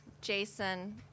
Jason